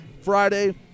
Friday